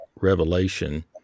revelation